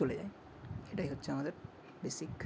চলে যায় এটাই হচ্ছে আমাদের বেসিক